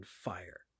fire